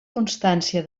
constància